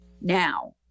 Now